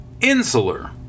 insular